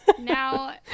Now